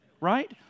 right